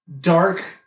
dark